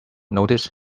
notice